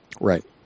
Right